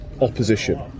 opposition